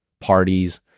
parties